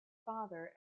father